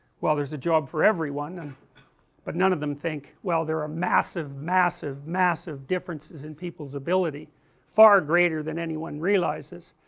well there is a job for everyone but none of them think well there are ah massive, massive, massive differences in people's ability far greater than anyone realizes,